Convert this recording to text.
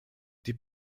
die